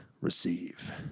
receive